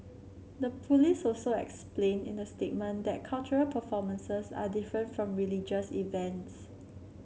the police also explained in the statement that cultural performances are different from religious events